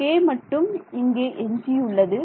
k மட்டும் இங்கே எஞ்சியுள்ளது